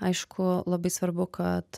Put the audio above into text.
aišku labai svarbu kad